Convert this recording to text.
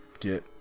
get